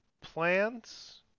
plans